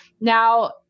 Now